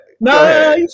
No